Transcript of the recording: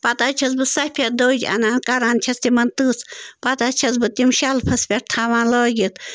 پتہٕ حظ چھَس بہٕ سَفید دٔج اَنان کَران چھَس تِمَن تٕژھ پتہٕ حظ چھَس بہٕ تِم شلفَس پٮ۪ٹھ تھاوان لٲگِتھ